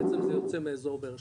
בעצם זה יוצא מאזור באר שבע.